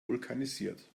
vulkanisiert